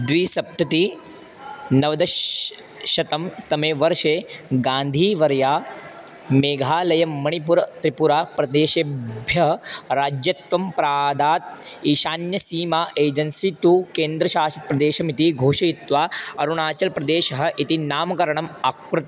द्विसप्ततिः नवदशशततमे वर्षे गान्धीवर्यः मेघालयं मणिपुरत्रिपुराप्रदेशेभ्यः राज्यत्वं प्रादात् ईशान्यसीमा एजेन्सि टु केन्द्रशासित् प्रदेशमिति घोषयित्वा अरुणाचलप्रदेशः इति नामकरणम् आकृत्